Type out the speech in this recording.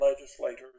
legislators